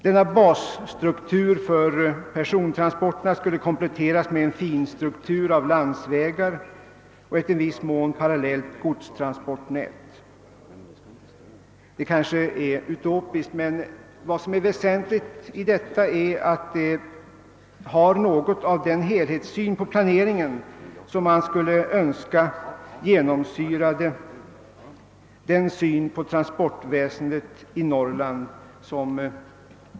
Denna basstruktur för persontransporterna skulle kompletteras med en finstruktur av landsvägar och ett i viss mån parallellt godstransportnät. Detta är kanske något utopiskt, men det väsentliga i denna skiss är att den har något av den helhetssyn på planeringen som man skulle önska tillämpad redan nu när det gäller transportväsendet i Norrland.